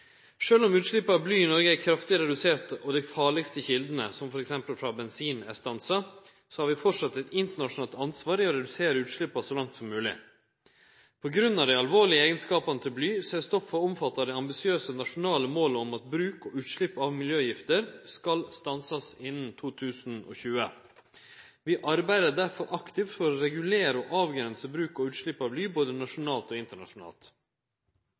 om utsleppa av bly i Noreg er kraftig reduserte, og dei farlegaste kjeldene, som f.eks. bensin, er stansa, har vi framleis eit internasjonalt ansvar for å redusere utsleppa så mykje som mogleg. På grunn av dei alvorlege eigenskapane til bly er stoffet omfatta av det ambisiøse nasjonale målet om at bruk og utslepp av miljøgifter skal stansast innan 2020. Vi arbeider derfor aktivt for å regulere og avgrense bruk og utslepp av bly både nasjonalt og internasjonalt.